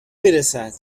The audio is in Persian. میرسد